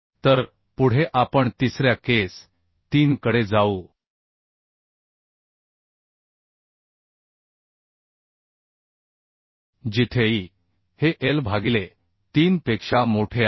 तर पुढे आपण तिसऱ्या केस 3 कडे जाऊ जिथे e हे l भागिले 3 पेक्षा मोठे आहे